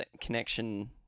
connection